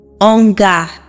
hunger